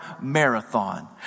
marathon